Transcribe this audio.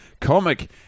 comic